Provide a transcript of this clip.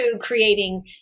creating